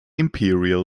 imperial